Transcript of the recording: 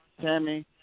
Tammy